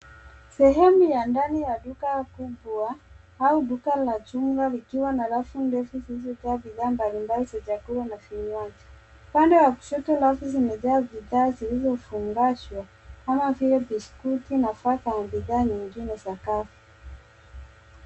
Sehemu ya ndani ya duka kubwa au duka la chungwa likiwa na rafu ndefu zilizojaa bidhaa mbalimbali za vyakula na vinywaji. Upande wa kushoto rafu zimejaa bidhaa zilizofungashwa kama vile biskuti nafaka na bidhaa nyingine za kavu.